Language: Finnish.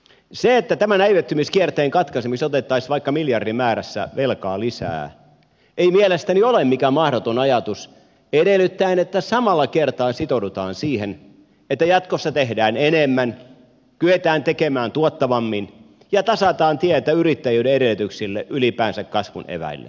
se että tämän näivettymiskierteen katkaisemiseksi otettaisiin vaikka miljardimäärässä velkaa lisää ei mielestäni ole mikään mahdoton ajatus edellyttäen että samalla kertaa sitoudutaan siihen että jatkossa tehdään enemmän kyetään tekemään tuottavammin ja tasataan tietä yrittäjyyden edellytyksille ylipäänsä kasvun eväille